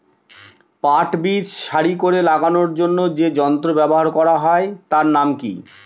পাট বীজ সারি করে লাগানোর জন্য যে যন্ত্র ব্যবহার হয় তার নাম কি?